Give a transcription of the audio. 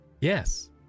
yes